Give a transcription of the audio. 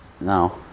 no